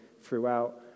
throughout